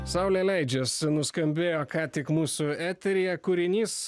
saulė leidžias nuskambėjo ką tik mūsų eteryje kūrinys